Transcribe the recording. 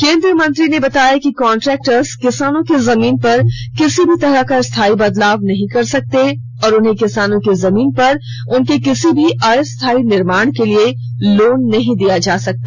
केंद्रीय मंत्री ने बताया कि कांन्ट्रेक्टर्स किसानों की जमीन पर किसी भी तरह का स्थायी बदलाव नहीं कर सकते और उन्हें किसानों की जमीन पर उनके किसी भी अस्थायी निर्माण के लिए लोन नहीं दिया जा सकता